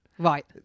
Right